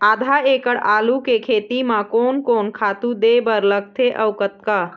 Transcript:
आधा एकड़ आलू के खेती म कोन कोन खातू दे बर लगथे अऊ कतका?